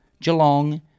Geelong